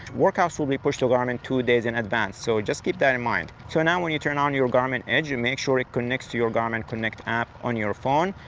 workouts will be pushed to garmin two days in advance, so just keep that in mind. so now when you turn on your garmin edge, and make sure it connects to your garmin connect app on your phone,